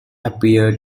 appeared